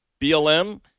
BLM